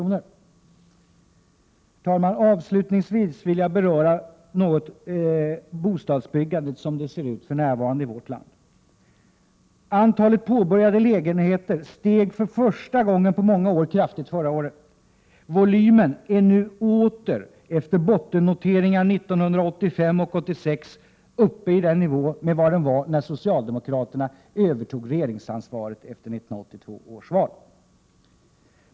Herr talman! Avslutningsvis vill jag något beröra bostadsbyggandet som det ser ut för närvarande i vårt land. Antalet påbörjade lägenheter steg för första gången på många år kraftigt förra året. Volymen är nu åter, efter bottennoteringar 1985 och 1986, uppe i nivå med vad den var när socialdemokraterna övertog regeringsansvaret efter 1982 års val.